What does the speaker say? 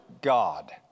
God